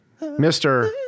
Mr